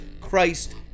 christ